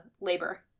labor